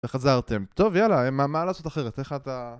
וחזרתם. טוב יאללה, מה לעשות אחרת? איך אתה...